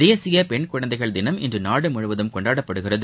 தேசிய பென் குழந்தைகள் தினம் இன்று நாடு முழுவதும் கொண்டாடப்படுகிறது